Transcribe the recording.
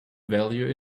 value